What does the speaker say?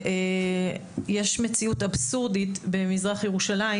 יש מציאות אבסורדית במזרח ירושלים,